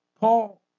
Paul